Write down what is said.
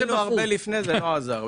כבר ניהלנו הרבה לפני כן וזה לא עזר.